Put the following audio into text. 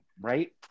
right